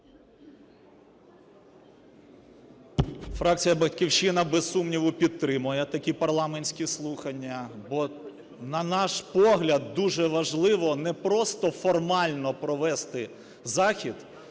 Фракція "Батьківщина", без сумніву, підтримує такі парламентські слухання, бо, на наш погляд, дуже важливо не просто формально провести захід,